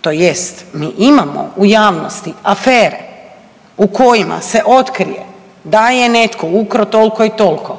to jest mi imamo u javnosti afere u kojima se otkrije da je netko ukrao toliko i toliko,